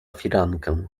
firankę